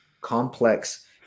complex